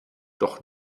doch